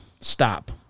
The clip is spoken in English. stop